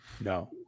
No